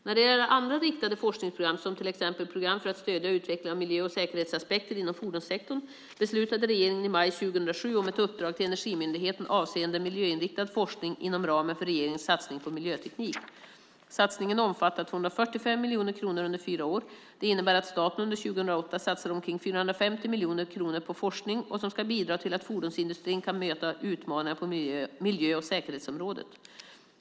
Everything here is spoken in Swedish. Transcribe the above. När det gäller andra riktade forskningsprogram, som till exempel program för att stödja utvecklingen av miljö och säkerhetsaspekter inom fordonssektorn, beslutade regeringen i maj 2007 om ett uppdrag till Energimyndigheten avseende miljöinriktad forskning inom ramen för regeringens satsning på miljöteknik. Satsningen omfattar 245 miljoner kronor under fyra år. Det innebär att staten under 2008 satsar omkring 450 miljoner kronor på forskning som ska bidra till att fordonsindustrin kan möta utmaningarna på miljö och säkerhetsområdet.